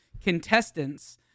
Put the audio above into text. contestants